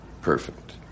perfect